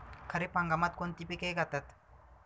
खरीप हंगामात कोणती पिके घेतात?